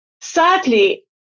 sadly